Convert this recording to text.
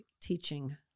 teaching